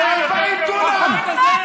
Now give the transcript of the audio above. והוא מקבל קנס לפי חוק קמיניץ,